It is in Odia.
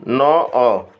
ନଅ